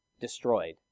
destroyed